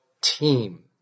team